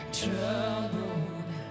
troubled